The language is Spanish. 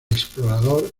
explorador